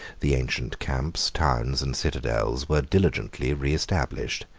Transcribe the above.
the ancient camps, towns, and citidels, were diligently reestablished,